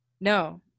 no